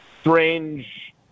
strange